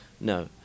no